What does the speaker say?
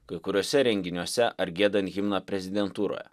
kai kuriuose renginiuose ar giedant himną prezidentūroje